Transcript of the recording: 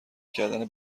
کردن